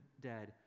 dead